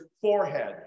forehead